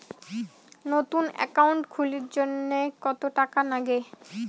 নতুন একাউন্ট খুলির জন্যে কত টাকা নাগে?